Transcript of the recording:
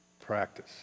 practice